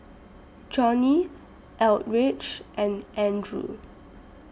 Johnnie Eldridge and Andrew